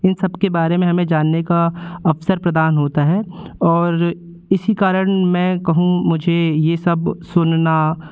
इन सब के बारे में हमें जानने का अवसर प्रदान होता है और इसी कारण मैं कहूँ मुझे ये सब सुनना